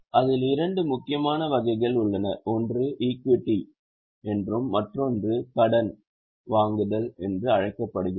அதில் இரண்டு முக்கியமான வகைகள் உள்ளன ஒன்று ஈக்விட்டி என்றும் மற்றொன்று கடன் வாங்குதல் என்றும் அழைக்கப்படுகிறது